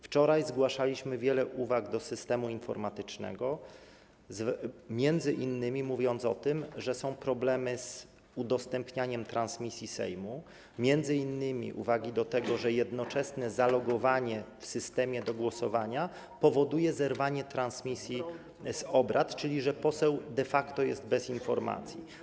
Wczoraj zgłaszaliśmy wiele uwag do systemu informatycznego, m.in. mówiąc o tym, że są problemy z udostępnianiem transmisji Sejmu, m.in. uwagi do tego, że jednoczesne zalogowanie w systemie do głosowania powoduje zerwanie transmisji obrad, czyli że poseł de facto jest bez informacji.